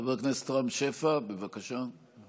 חבר הכנסת רם שפע, בבקשה.